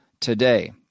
today